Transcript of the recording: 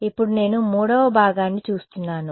ఇప్పుడు నేను 3వ భాగాన్ని చూస్తున్నాను